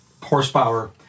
horsepower